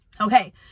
Okay